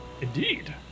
Indeed